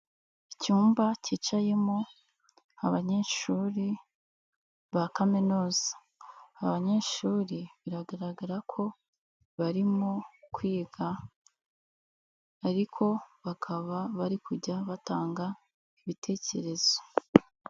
Icyumba kicayemo abanyeshuri ba kaminuza, aba banyeshuri biragaragara ko barimo kwiga ariko bakaba bari kujya batanga ibitekerezo.